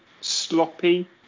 sloppy